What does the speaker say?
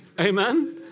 Amen